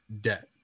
debt